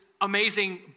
amazing